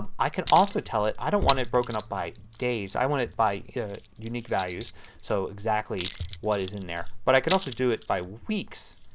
um i can also tell it i don't want it broken up by days, i want it by unique values so exactly what is in there. but i can also do it by weeks.